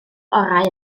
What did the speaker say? orau